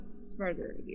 Smarter